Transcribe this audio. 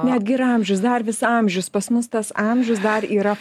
netgi ir amžius dar vis amžius pas mus tas amžius dar yra